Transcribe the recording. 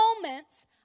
moments